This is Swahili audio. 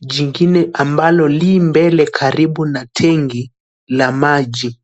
jingine ambalo li mbele karibu na tanki ya maji.